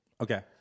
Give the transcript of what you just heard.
Okay